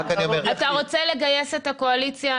אתה רוצה לגייס את הקואליציה?